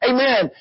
Amen